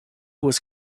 was